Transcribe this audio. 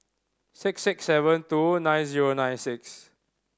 six six seven two nine zero nine six